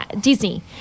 Disney